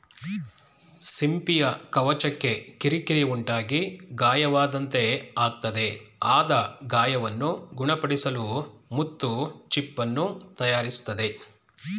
ಸಿಂಪಿಯ ಕವಚಕ್ಕೆ ಕಿರಿಕಿರಿ ಉಂಟಾಗಿ ಗಾಯವಾದಂತೆ ಆಗ್ತದೆ ಆದ ಗಾಯವನ್ನು ಗುಣಪಡಿಸಲು ಮುತ್ತು ಚಿಪ್ಪನ್ನು ತಯಾರಿಸ್ತದೆ